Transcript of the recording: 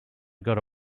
got